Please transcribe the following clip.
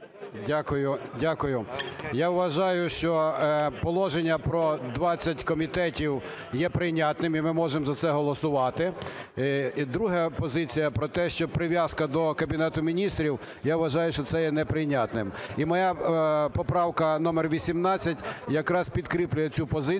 Дякую. Я вважаю, що положення про 20 комітетів є прийнятними, і ми можемо за це голосувати. І друга позиція - про те, що прив'язка до Кабінету Міністрів, - я вважаю, що це є неприйнятним. І моя поправка номер 18 якраз підкріплює цю позицію,